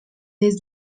des